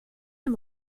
him